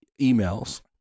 emails